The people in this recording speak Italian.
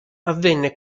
avvenne